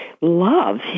love